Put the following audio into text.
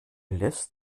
lässt